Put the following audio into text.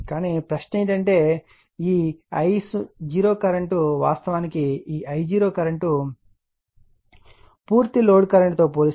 కానీ ప్రశ్న ఏమిటంటే ఈ I0 కరెంట్ వాస్తవానికి ఈ I0 కరెంట్ పూర్తి లోడ్ కరెంట్తో పోలిస్తే చాలా తక్కువ